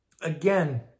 again